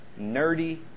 nerdy